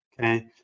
Okay